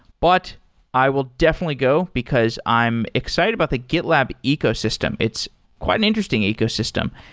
but i will definitely go, because i'm excited about the gitlab ecosystem. it's quite an interesting ecosystem.